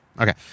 okay